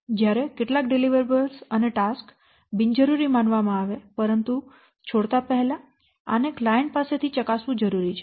તેથી જ્યારે કેટલાક ડિલિવરીબલ્સ અને ટાસ્કસ બિનજરૂરી માનવામાં આવે પરંતુ છોડતા પહેલાં આને ક્લાયંટ પાસેથી ચકાસવું જરૂરી છે